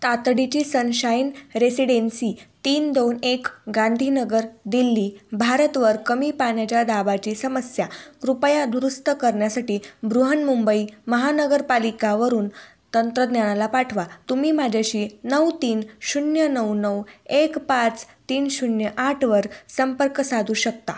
तातडीची sunshine residency तीन दोन एक गांधीनगर दिल्ली भारतवर कमी पाण्याच्या दाबाची समस्या कृपया दुरुस्त करन्यासाठी बृहन मुंबई महानगरपालिकावरून तंत्रज्ञाला पाठवा तुम्ही माझ्याशी नऊ तीन शून्य नऊ नऊ एक पाच तीन शून्य आठवर संपर्क साधू शकता